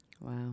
Wow